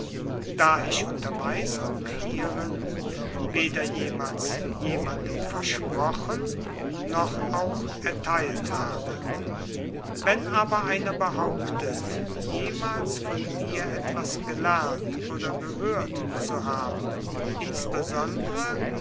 da ich unterweisung hierin weder jemals jemandem versprochen noch auch erteilt habe wenn aber einer behauptet jemals von mir etwas gelernt oder gehört zu haben insbesondere